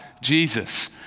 Jesus